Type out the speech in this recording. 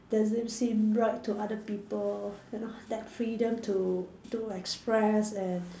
doesn't seem right to other people you know that freedom to to express and